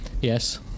Yes